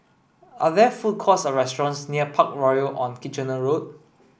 are there food courts or restaurants near Parkroyal on Kitchener Road